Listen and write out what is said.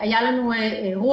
היה לנו אירוע